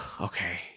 okay